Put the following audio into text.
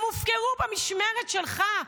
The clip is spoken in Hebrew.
הם הופקרו במשמרת שלך.